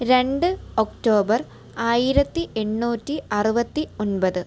രണ്ട് ഒക്ടോബർ ആയിരത്തി എണ്ണൂറ്റി അറുപത്തൊൻപത്